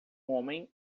homem